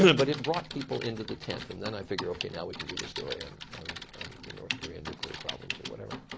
and but it brought people into the tent. and then i figure, ok now we can do the story and on the north korean nuclear problems or whatever.